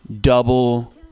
double